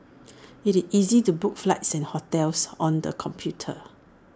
IT easy to book flights and hotels on the computer